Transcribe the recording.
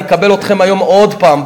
אני אקבל אתכם היום עוד פעם,